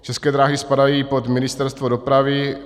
České dráhy spadají pod Ministerstvo dopravy.